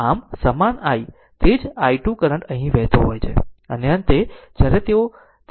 આમ સમાન i તે જ i2 કરંટ અહીં વહેતો હોય છે અને અંતે જ્યારે તેઓ તેને અહીં મળી રહ્યાં છે